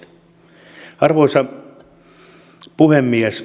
arvoisa puhemies